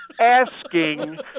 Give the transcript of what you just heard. asking